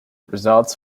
results